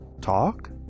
talk